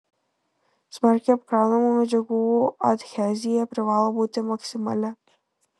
smarkiai apkraunamų medžiagų adhezija privalo būti maksimali